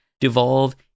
devolve